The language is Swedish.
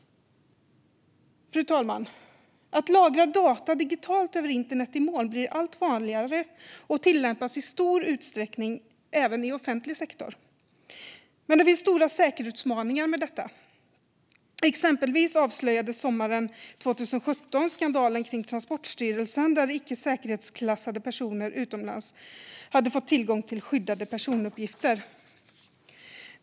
Fru talman! Att lagra data digitalt över internet i moln blir allt vanligare och tillämpas i stor utsträckning även i offentlig sektor. Det finns dock stora säkerhetsutmaningar med detta. Exempelvis avslöjades sommaren 2017 skandalen kring Transportstyrelsen, där icke säkerhetsklassade personer utomlands hade fått tillgång till skyddade personuppgifter.